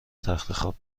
تختخواب